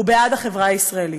הוא בעד החברה הישראלית.